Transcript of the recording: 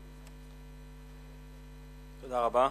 תודה רבה,